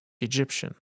Egyptian